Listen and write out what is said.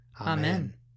Amen